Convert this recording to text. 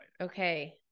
Okay